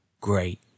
great